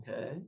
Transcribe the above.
okay